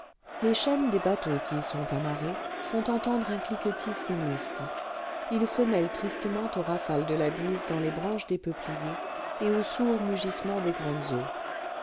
les chaînes des bateaux qui y sont amarrés font entendre un cliquetis sinistre il se mêle tristement aux rafales de la bise dans les branches des peupliers et au sourd mugissement des grandes